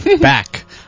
back